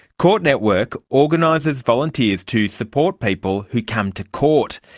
court network organises volunteers to support people who come to court.